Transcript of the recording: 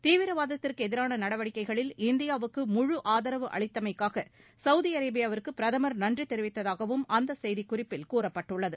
தீவிரவாதத்திற்கு எதிரான நடவடிக்கைகளில் இந்தியாவுக்கு முழு ஆதரவு அளித்தமைக்காக கவுதி அரேபியாவுக்கு பிரதமர் நன்றி தெரிவித்ததாகவும் அந்த செய்திக்குறிப்பில் கூறப்பட்டுள்ளது